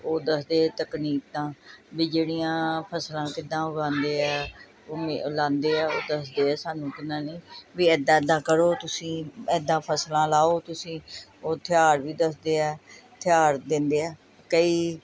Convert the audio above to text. ਉਹ ਦੱਸਦੇ ਆ ਤਕਨੀਕ ਤਾਂ ਵੀ ਜਿਹੜੀਆਂ ਫਸਲਾਂ ਕਿੱਦਾਂ ਉਗਾਉਂਦੇ ਆ ਲਾਉਂਦੇ ਆ ਉਹ ਦੱਸਦੇ ਹੈ ਸਾਨੂੰ ਕਿੰਨਾ ਨਹੀਂ ਵੀ ਇੱਦਾਂ ਇੱਦਾਂ ਕਰੋ ਤੁਸੀਂ ਇੱਦਾਂ ਫਸਲਾਂ ਲਾਓ ਤੁਸੀਂ ਉਹ ਹਥਿਆਰ ਵੀ ਦੱਸਦੇ ਹੈ ਹਥਿਆਰ ਦਿੰਦੇ ਆ ਕਈ